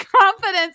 confidence